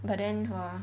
but then hor